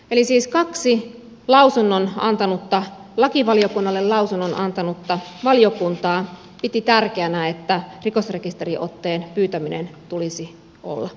eli siis kaksi lakivaliokunnalle lausunnon antanutta valiokuntaa piti tärkeänä että rikosrekisteriotteen pyytämisen tulisi olla pakollista